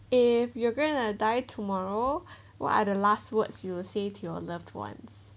if you're going to die tomorrow what are the last words you'll say to your loved ones